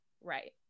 right